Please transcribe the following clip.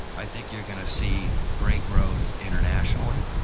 i think you're going to see great growth internationally.